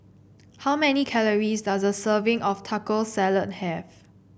how many calories does a serving of Taco Salad have